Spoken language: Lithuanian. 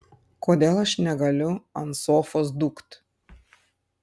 kodėl aš negaliu ant sofos dūkt